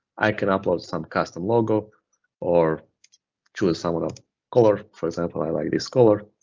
i can upload some custom logo or choose some other color. for example, i like this color.